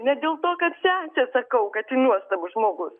ne dėl to kad sesė sakau kad nuostabus žmogus